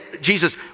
Jesus